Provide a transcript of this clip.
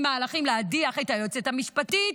מהלכים להדיח את היועצת המשפטית,